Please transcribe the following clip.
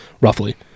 roughly